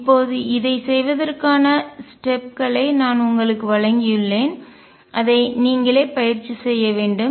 இப்போது இதைச் செய்வதற்கான ஸ்டெப் படி களை நான் உங்களுக்கு வழங்கியுள்ளேன் அதை நீங்களே பயிற்சி செய்ய வேண்டும்